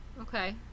Okay